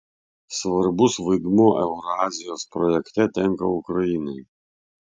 svarbus vaidmuo eurazijos projekte tenka ukrainai